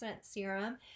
serum